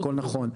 הכול נכון,